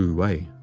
wu-wei.